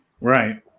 Right